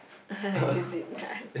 is it